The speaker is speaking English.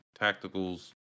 tacticals